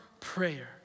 prayer